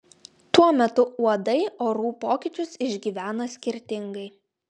tuo metu uodai orų pokyčius išgyvena skirtingai